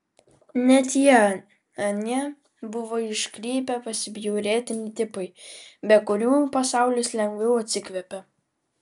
net jei anie buvo iškrypę pasibjaurėtini tipai be kurių pasaulis lengviau atsikvėpė